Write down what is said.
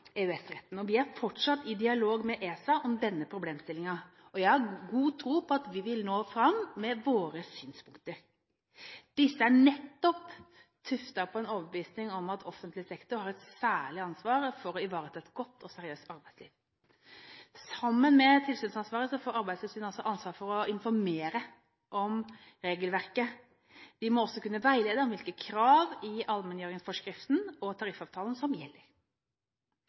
og vi er fortsatt i dialog med ESA om denne problemstillingen. Jeg har god tro på at vi vil nå fram med våre synspunkter. Disse er nettopp tuftet på en overbevisning om at offentlig sektor har et særlig ansvar for å ivareta et godt og seriøst arbeidsliv. Sammen med tilsynsansvarlig får Arbeidstilsynet altså ansvaret for å informere om regelverket. De må også kunne veilede om hvilke krav i allmenngjøringsforskriften og tariffavtalen som gjelder.